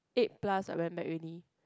eight plus I went back already